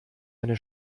eine